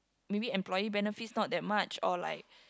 maybe employee benefits not that much or like